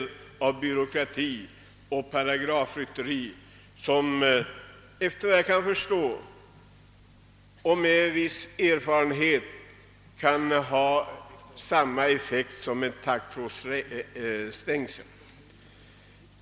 av byråkrati och paragrafrytteri, som — efter vad jag kan förstå på grund av viss erfarenhet kan ha samma effekt som ett taggtrådsstängsel.